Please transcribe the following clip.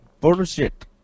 bullshit